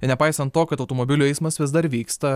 nepaisant to kad automobilių eismas vis dar vyksta